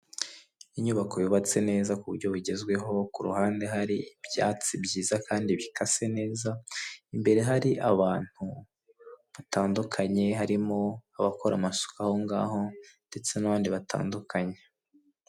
Inyubako yubatse neza ku buryo bugezweho ku ruhande hari ibyatsi byiza kandi bikase neza, imbere hari abantu batandukanye harimo abakora amasuku aho ngaho ndetse n'abandi batandukanye.